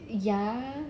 ya